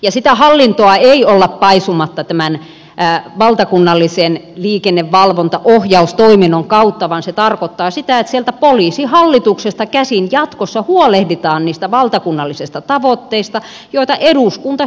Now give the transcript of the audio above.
ja sitä hallintoa ei olla paisuttamassa tämän valtakunnallisen liikennevalvontaohjaustoiminnon kautta vaan se tarkoittaa sitä että sieltä poliisihallituksesta käsin jatkossa huolehditaan niistä valtakunnallisista tavoitteista joita eduskunta sitten seuraa